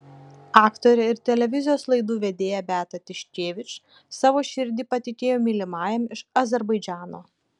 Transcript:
aktorė ir televizijos laidų vedėja beata tiškevič savo širdį patikėjo mylimajam iš azerbaidžano